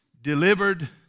Delivered